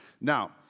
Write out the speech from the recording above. Now